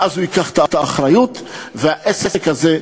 ואז הוא ייקח את האחריות, והעסק הזה,